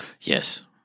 Yes